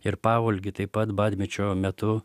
ir pavolgy taip pat badmečio metu